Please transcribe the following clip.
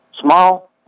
small